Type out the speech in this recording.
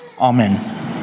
Amen